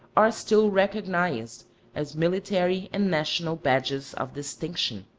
are still recognized as military and national badges of distinction.